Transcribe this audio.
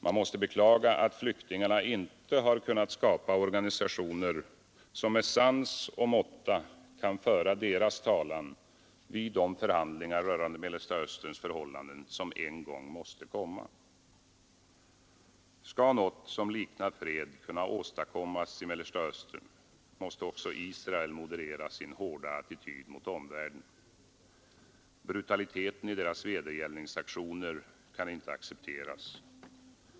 Man måste beklaga att flyktingarna inte har kunnat skapa organisationer som med sans och måtta kan föra deras talan vid de förhandlingar rörande Mellersta Österns förhållanden som en gång måste komma. Skall något som liknar fred kunna åstadkommas i Mellersta Östern måste också Israel moderera sin hårda attityd mot omvärlden. Brutaliteten i dess vedergällningsaktioner kan inte accepteras.